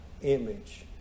image